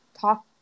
talk